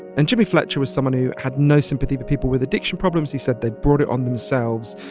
and jimmy fletcher was someone who had no sympathy for people with addiction problems. he said they'd brought it on themselves,